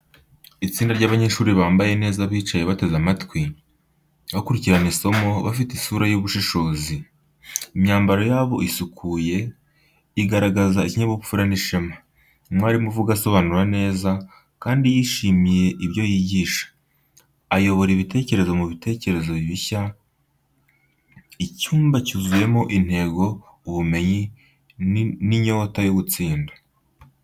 Itsinda ry’abanyeshuri bambaye neza bicaye bateze amatwi, bakurikirana isomo, bafite isura y’ubushishozi. Imyambaro yabo isukuye igaragaza ikinyabupfura n’ishema. Umwarimu avuga asobanura neza, kandi yishimiye ibyo yigisha, ayobora ibitekerezo mu bitekerezo bishya. Icyumba cyuzuyemo intego, ubumenyi, n’inyota yo gutsinda.